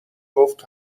گفت